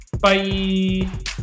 bye